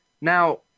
Now